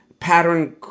pattern